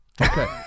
Okay